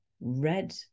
red